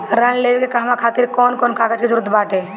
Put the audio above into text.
ऋण लेने के कहवा खातिर कौन कोन कागज के जररूत बाटे?